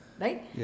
right